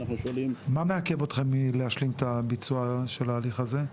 מה מעכב אותכם מלהשלים את הביצוע של ההליך הזה?